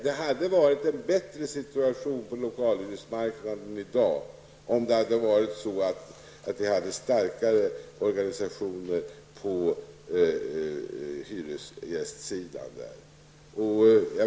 Vi skulle ha haft en bättre situation på lokalhyresmarknaden i dag, om vi hade haft starkare organisationer på hyresgästsidan.